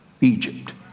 Egypt